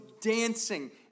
dancing